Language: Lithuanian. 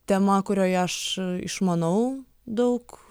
tema kurioj aš išmanau daug